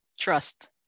trust